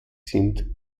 sind